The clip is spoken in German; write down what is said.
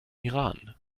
iran